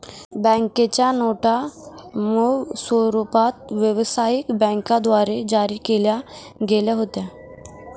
बँकेच्या नोटा मूळ स्वरूपात व्यवसायिक बँकांद्वारे जारी केल्या गेल्या होत्या